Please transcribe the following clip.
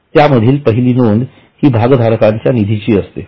त्यामधील पहिली नोंद हि भागधारकांच्या निधीची असते